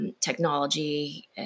Technology